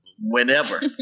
whenever